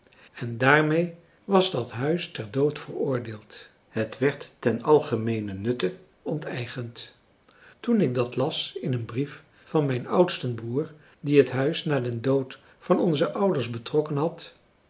en daarmee was dat huis ter dood veroordeeld het werd ten algemeenen nutte onteigend toen ik dat las in een brief van mijn oudsten broer die het huis na den dood van onze ouders betrokken had